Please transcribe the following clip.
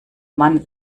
man